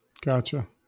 Gotcha